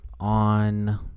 On